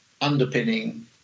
underpinning